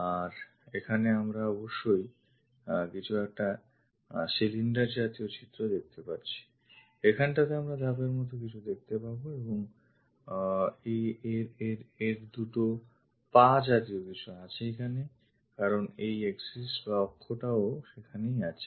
আর এখানে আমরা অবশ্যই কিছু একটা cylinder জাতীয় ছিদ্র দেখতে যাচ্ছি এখানটাতে আমরা ধাপের মত কিছু দেখতে পাবো এবং এর দু'টো পা জাতীয় কিছু আছে কারণ এই axis বা অক্ষটিও সেখানে আছে